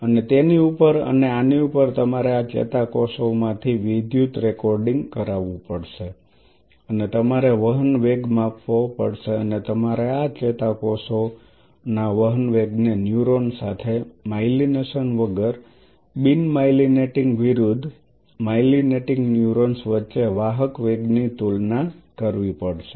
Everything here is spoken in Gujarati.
અને તેની ઉપર અને આની ઉપર તમારે આ ચેતાકોષોમાંથી વિદ્યુત રેકોર્ડિંગ કરાવવું પડશે અને તમારે વહન વેગ માપવો પડશે અને તમારે આ ચેતાકોષોના વહન વેગને ન્યુરોન સાથે માયલિનેશન વગર બિન માઇલીનેટિંગ વિરુદ્ધ માઇલિનેટિંગ ન્યુરોન્સ વચ્ચે વાહક વેગની તુલના કરવી પડશે